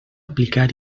aplicar